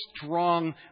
strong